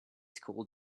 school